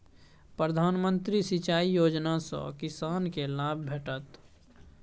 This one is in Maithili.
प्रधानमंत्री सिंचाई योजना सँ किसानकेँ लाभ भेटत